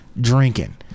Drinking